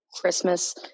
christmas